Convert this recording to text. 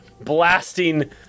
blasting